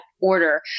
order